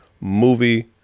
movie